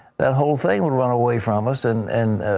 that whole thing would run away from us, and and